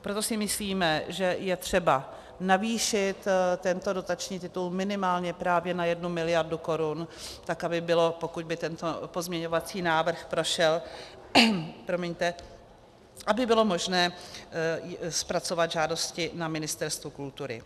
Proto si myslíme, že je třeba navýšit tento dotační titul minimálně právě na 1 mld. korun, tak aby bylo, pokud by tento pozměňovací návrh prošel, aby bylo možné zpracovat žádosti na Ministerstvu kultury.